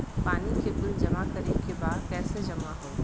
पानी के बिल जमा करे के बा कैसे जमा होई?